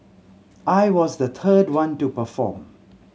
I was the third one to perform